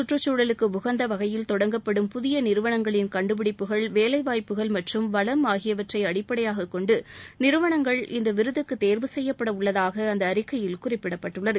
கற்றுக்சூழலுக்கு உகந்த வகையில் தொடங்கப்படும் புதிய நிறுவனங்களின் கண்டுபிடிப்புகள் வேலை வாய்ப்புகள் மற்றும் வளம் ஆகியவற்றை அடிப்படையாகக் கொண்டு நிறுவளங்கள் இந்த விருதுக்கு தேர்வு செய்யப்பட உள்ளதாக அந்த அறிக்கையில் குறிப்பிடப்பட்டுள்ளது